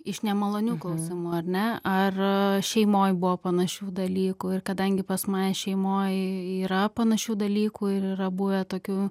iš nemalonių klausimų ar ne ar šeimoj buvo panašių dalykų ir kadangi pas mane šeimoj yra panašių dalykų ir yra buvę tokių